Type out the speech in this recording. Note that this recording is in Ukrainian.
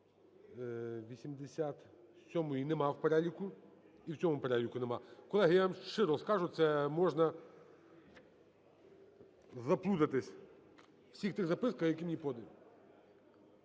в цьому переліку нема. Колеги, я вам щиро скажу, це можна заплутатися у всіх цих записках, які мені подані.